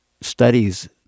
studies